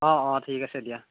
অঁ অঁ ঠিক আছে দিয়া